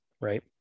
right